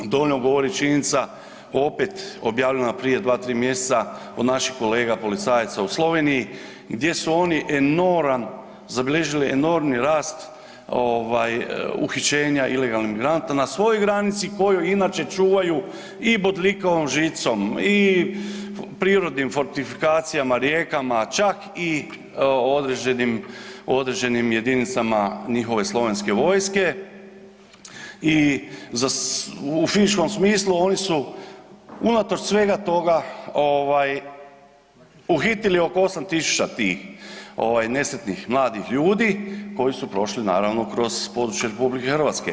Dovoljno govori činjenica opet objavljena prije 2, 3 mjeseca od naših kolega policajaca u Sloveniji, gdje su oni enorman, zabilježili enormni rast uhićenja ilegalnih migranata, na svojoj granici koju inače čuvaju i bodljikavom žicom i prirodnim fortifikacijama, rijekama, čak i određenim jedinicama njihove slovenske vojske i za, u fizičkom smislu oni su unatoč svega toga uhitili oko 8 tisuća tih nesretnih mladih ljudi koji su prošli naravno kroz područje RH.